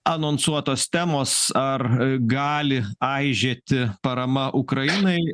anonsuotos temos ar gali aižėti parama ukrainai